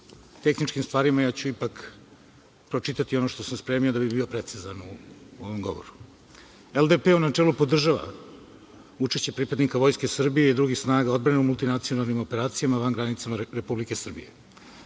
tehničkim stvarima ja ću ipak pročitati ono što sam spremio da bih bio precizan u ovom govoru.U načelu LDP podržava učešće pripadnika Vojske Srbije i drugih snaga odbrane u multinacionalnim operacijama van granica Republike Srbije.